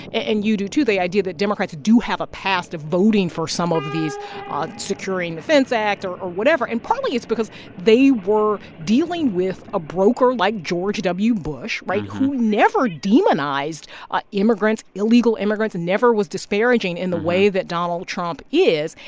and you do, too. the idea that democrats do have a past of voting for some of these ah securing the fence act or or whatever. and partly, it's because they were dealing with a broker like george w. bush right? who never demonized ah immigrants, illegal immigrants, and never was disparaging in the way that donald trump is.